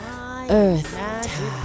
earth